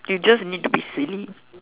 you just need to be silly